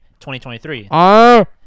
2023